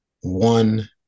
one